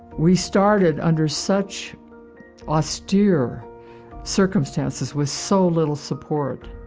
we started under such austere circumstances, with so little support,